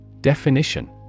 Definition